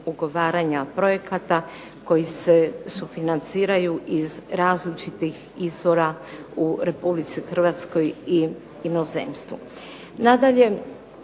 ugovaranja projekata koji se sufinanciraju iz različitih izvora u Republici Hrvatskoj i inozemstvu.